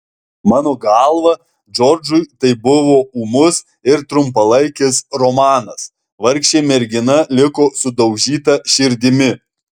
mano galva džordžui tai buvo ūmus ir trumpalaikis romanas vargšė mergina liko sudaužyta širdimi